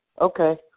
okay